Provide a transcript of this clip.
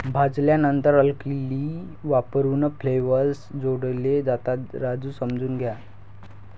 भाजल्यानंतर अल्कली वापरून फ्लेवर्स जोडले जातात, राजू समजून घ्या